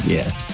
Yes